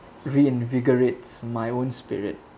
reinvigorates my own spirit